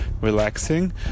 relaxing